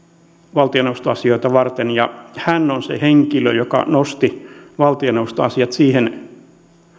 valtioneuvostoasioita varten hän on se henkilö joka nosti valtioneuvostoasiat siihen